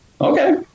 Okay